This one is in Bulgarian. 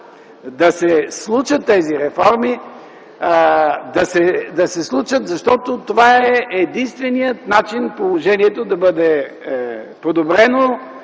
да се случат тези реформи, защото това е единственият начин хората да бъдат доволни